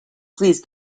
please